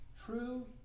True